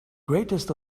greatest